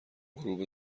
غروب